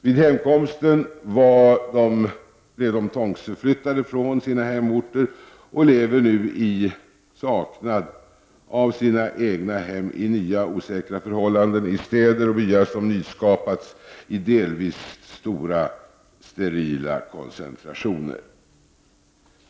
Vid hemkomsten blev de tvångsförflyttade från sina hemorter och lever nu i saknad av sina egna hem i nya och osäkra förhållanden, i städer och byar som nyskapats i delvis stora sterila koncentrationer.